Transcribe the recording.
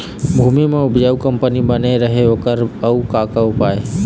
भूमि म उपजाऊ कंपनी बने रहे ओकर बर अउ का का उपाय हे?